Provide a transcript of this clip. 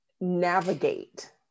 navigate